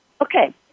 Okay